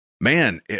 Man